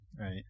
right